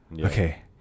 okay